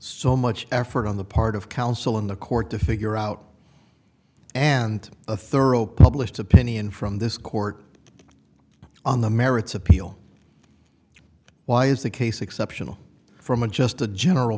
so much effort on the part of counsel in the court to figure out and a thorough published opinion from this court on the merits appeal why is the case exceptional from a just a general